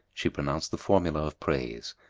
she pronounced the formula of praise,